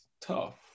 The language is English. tough